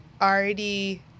already